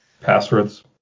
Passwords